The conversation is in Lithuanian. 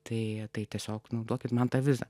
tai tai tiesiog nu duokit man tą vizą